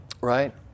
Right